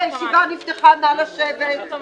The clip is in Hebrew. הישיבה נפתחה, נא לשבת.